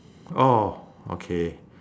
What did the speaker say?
oh okay